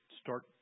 start